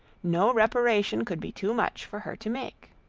no reparation could be too much for her to make.